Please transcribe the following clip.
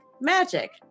magic